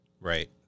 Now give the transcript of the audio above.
Right